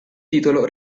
titolo